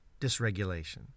dysregulation